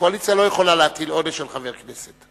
הקואליציה לא יכולה להטיל עונש על חבר כנסת.